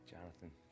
Jonathan